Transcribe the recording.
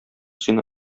сине